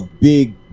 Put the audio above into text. big